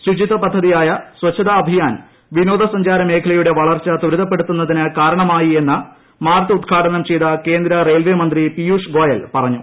ശൂചിത്വ പദ്ധതിയായ സ്റ്യച്ഛതാ അഭിയാൻ വിനോദ സഞ്ചാര മേഖലയുടെ വളർച്ച ത്വരിതപ്പെടുന്നതിനു കാരണമായി എന്ന് മാർട്ട് ഉദ്ഘാടനം ചെയ്ത കേന്ദ്ര റെയിൽവേ മന്ത്രി പിയൂഷ് ഗോയൽ പറഞ്ഞു